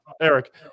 Eric